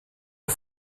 der